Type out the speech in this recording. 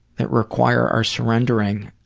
that require our surrendering.